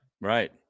right